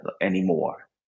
anymore